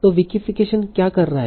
तो विकिफीकेशन क्या कर रहा है